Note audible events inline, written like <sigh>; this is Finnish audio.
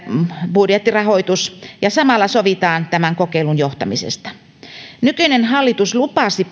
budjettirahoitus ja samalla sovitaan tämän kokeilun johtamisesta nykyinen hallitus lupasi <unintelligible>